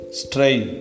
strain